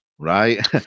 right